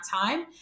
time